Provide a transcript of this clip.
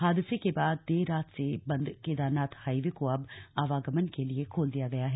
हादसे के बाद देर रात से बंद केदारनाथ हाईवे को अब आवागमन के लिए खोल दिया गया है